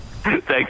Thanks